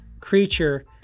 creature